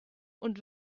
und